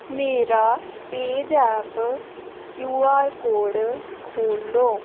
मेरा page app Q R code खोह्ल्लो